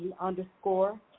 underscore